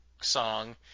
song